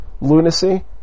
lunacy